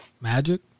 Magic